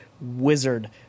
wizard